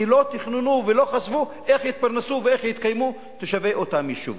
כי לא תכננו ולא חשבו איך יתפרנסו ואיך יתקיימו תושבי אותם יישובים.